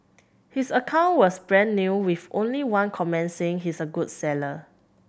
his account was brand new with only one comment saying he's a good seller